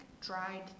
dried